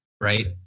right